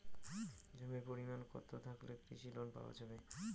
জমির পরিমাণ কতো থাকলে কৃষি লোন পাওয়া যাবে?